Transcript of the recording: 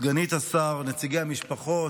סגנית השר, נציגי המשפחות,